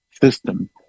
system